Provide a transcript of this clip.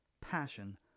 Passion